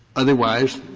otherwise,